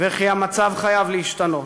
וכי המצב חייב להשתנות.